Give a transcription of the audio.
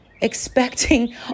expecting